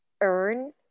earn